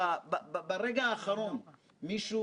ברגע האחרון זה מישהו